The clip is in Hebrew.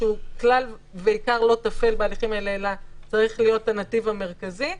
שהוא כלל ועיקר לא טפל בהליכים האלה אלא צריך להיות הנתיב המרכזי,